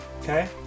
okay